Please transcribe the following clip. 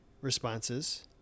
responses